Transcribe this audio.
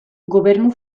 gobernu